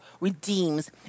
redeems